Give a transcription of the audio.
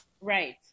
Right